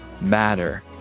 matter